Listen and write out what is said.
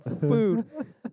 food